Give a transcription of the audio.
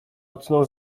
odsunął